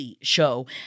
show